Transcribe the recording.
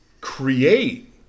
create